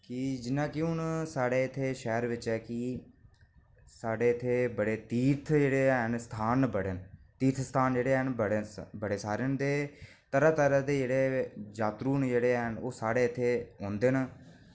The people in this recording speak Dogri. कि जियां कि हून साढ़े इत्थै शैह्र बिच ऐ कि साढ़े इत्थै तीर्थ जेह्डे हैन स्थान न बड़े तीर्थ स्थान न ते जेह्ड़े बड़े न ते तरह तरह दे जात्तरू जेह्ड़े हैन ओह् साढ़े इत्थै औंदे न